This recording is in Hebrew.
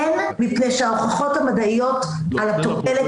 אין מפני שההוכחות המדעיות על התועלת